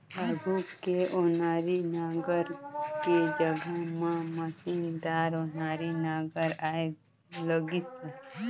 आघु के ओनारी नांगर के जघा म मसीनदार ओन्हारी नागर आए लगिस अहे